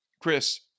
Chris